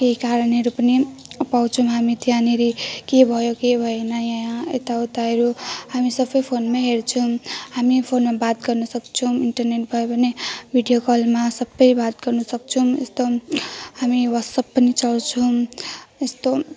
केही कारणहरू पनि पाउँछौँ हामी त्यहाँनेरि के भयो के भएन यहाँ यता उताहरू हामी सबै फोनमै हेर्छौँ हामी फोनमा बात गर्नुसक्छौँ इन्टरनेट भयो भने भिडियो कलमा सबै बात गर्नुसक्छौँ यस्तो पनि हामी वाट्सएप पनि चलाउँछौँ यस्तो